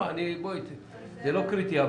זה לא קריטי,